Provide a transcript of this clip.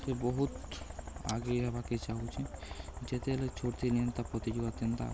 ସେ ବହୁତ ଆଗେଇ ହେବାକେ ଚାହୁଁଚେ ଯେତେବେଲେ ଛୋଟ୍ ଥିଲି ହେନ୍ତା ପ୍ରତିଯୋଗିତାତି ହେନ୍ତା